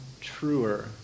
truer